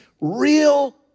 real